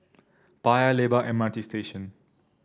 Paya Lebar M R T Station